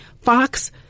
Fox